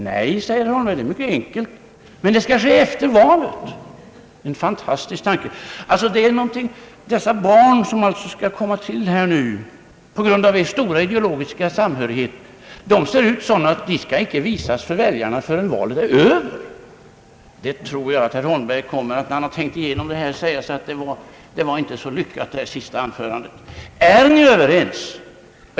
Nej, säger herr Holmberg, det är mycket enkelt, men det skall ske efter valet. Det är en fantastisk tanke. Alltså, de barn som skall komma till nu på grund av er stora ideologiska samhörighet, de ser sådana ut att de inte skall visas upp för väljarna förrän valet är över. Jag tror att herr Holmberg, när han tänkt igenom detta, kommer att säga sig att det här sista anförandet inte var så lyckat.